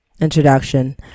introduction